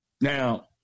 Now